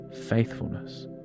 faithfulness